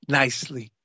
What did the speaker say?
nicely